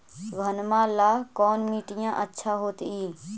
घनमा ला कौन मिट्टियां अच्छा होतई?